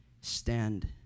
stand